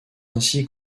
ainsi